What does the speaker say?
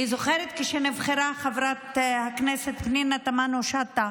אני זוכרת שכשנבחרה חברת הכנסת פנינה תמנו שטה